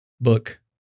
book